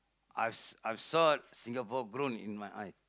I've I've saw Singapore grown in my eye